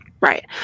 Right